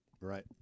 Right